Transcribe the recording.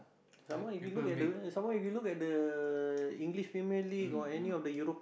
some more if you look at the some more if you look at the English famously got any of the Europe